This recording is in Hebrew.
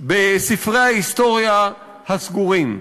בספרי ההיסטוריה הסגורים.